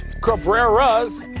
Cabrera's